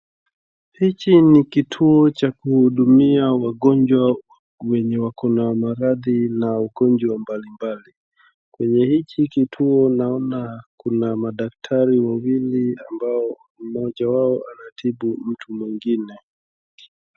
Hiki ni kituo cha kuhudumia wagonjwa wenye wako na maradhi na ugonjwa mbalimbali. Kwenye hiki kituo naona kuna madaktari wawili ambao mmoja wao anatibu mtu mwingine.